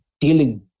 dealing